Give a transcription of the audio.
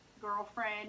girlfriend